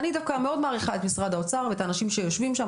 אני דווקא מאוד מעריכה את משרד האוצר ואת האנשים שיושבים שם,